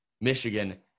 Michigan